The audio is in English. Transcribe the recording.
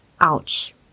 Ouch